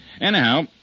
Anyhow